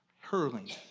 hurling